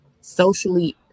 socially